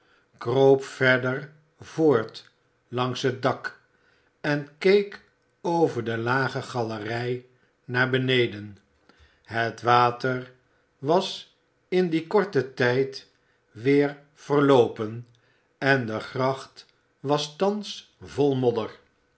kroop verder voort langs het dak en keek over de lage galerij naar beneden het water was in dien korten tijd weer verloopen en de gracht was thans vol